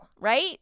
right